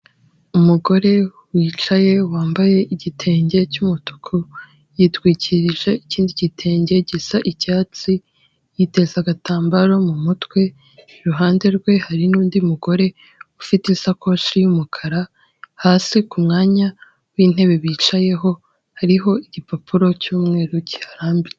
Umugore wicaye wambaye igitenge cy'umutuku, yitwikirije ikindi gitenge gisa icyatsi, yiteze agatambaro mu mutwe, iruhande rwe hari n'undi mugore ufite isakoshi y'umukara, hasi ku mwanya w'intebe bicayeho hariho igipapuro cy'umweru kiharambitse.